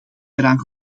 eraan